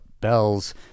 bells